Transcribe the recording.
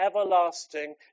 everlasting